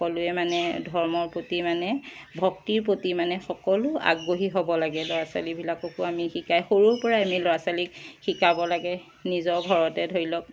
সকলোৱে মানে ধৰ্মৰ প্ৰতি মানে ভক্তিৰ প্ৰতি মানে সকলো আগ্ৰহী হ'ব লাগে ল'ৰা ছোৱালীবিলাককো আমি শিকাই সৰুৰ পৰাই আমি ল'ৰা ছোৱালীক শিকাব লাগে নিজৰ ঘৰতে ধৰি লওক